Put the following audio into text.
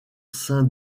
sein